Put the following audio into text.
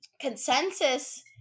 consensus